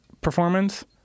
performance